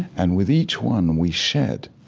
and with each one, we shed,